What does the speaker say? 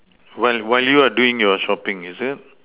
when when you are doing your shopping is it